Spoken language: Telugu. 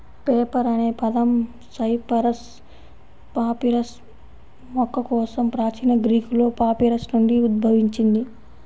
పేపర్ అనే పదం సైపరస్ పాపిరస్ మొక్క కోసం ప్రాచీన గ్రీకులో పాపిరస్ నుండి ఉద్భవించింది